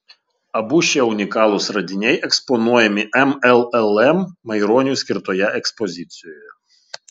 abu šie unikalūs radiniai eksponuojami mllm maironiui skirtoje ekspozicijoje